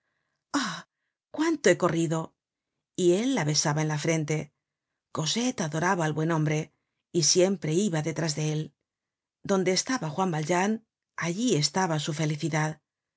cuánto he corrido y él la besaba en la frente cosette adoraba al buen hombre y siempre iba detrás de él donde estaba juan valjean allí estaba su felicidad